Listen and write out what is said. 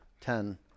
ten